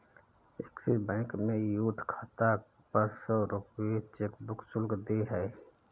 axis bank में youth खाता पर सौ रूपये चेकबुक शुल्क देय है